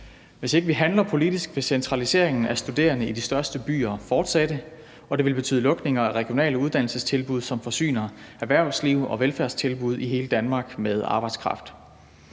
vi ikke handler politisk, vil centraliseringen af studerende i de største byer fortsætte, og det vil betyde lukninger af regionale uddannelsestilbud, som forsyner erhvervsliv og velfærdstilbud i hele Danmark med arbejdskraft.